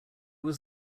was